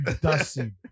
dusty